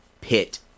pit